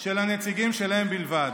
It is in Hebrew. של הנציגים שלהם בלבד.